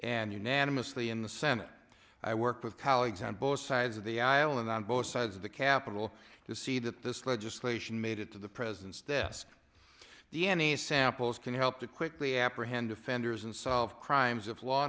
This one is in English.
unanimously in the senate i worked with colleagues on both sides of the aisle and on both sides of the capitol to see that this legislation made it to the president's desk d n a samples can help to quickly apprehend offenders and solve crimes of law